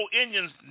Indians